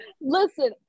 Listen